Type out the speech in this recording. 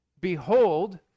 Behold